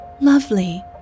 Lovely